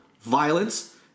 Violence